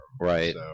Right